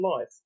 life